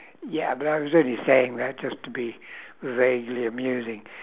ya but I was only saying that just to be vaguely amusing